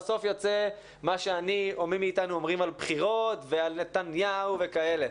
בסוף יוצא מה שאני או מי מאיתנו אומרים על בחירות ועל נתניהו וכאלה.